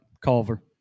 Culver